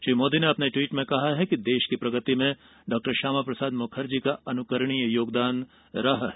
श्री मोदी ने ट्वीट में कहा कि देश की प्रगति में डॉक्टर श्यामा प्रसाद मुखर्जी का अनुकरणीय योगदान रहा है